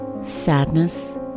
sadness